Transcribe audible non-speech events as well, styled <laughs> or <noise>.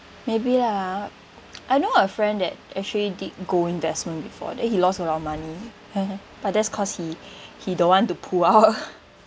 maybe lah I know a friend that actually did goal investment before then he lost a lot of money <laughs> but that's cause he he don't want to pull out